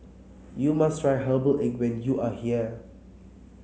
you must try Herbal Egg when you are here